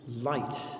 light